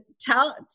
tell